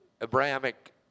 Abrahamic